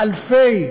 אלפי